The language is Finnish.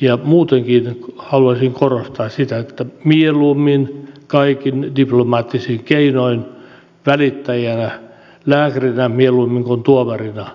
ja muutenkin haluaisin korostaa sitä että toimitaan mieluummin kaikin diplomaattisin keinoin välittäjänä lääkärinä mieluummin kuin tuomarina